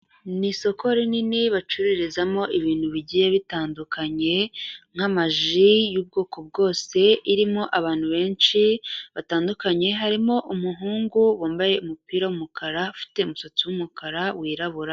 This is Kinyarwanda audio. Ni isoko rinini bacururizamo ibintu bigiye bitandukanye, nk'amaji y'ubwoko bwose, irimo abantu benshi batandukanye, harimo umuhungu wambaye umupira w'umukara, ufite umusatsi w'umukara wirabura.